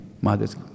mother's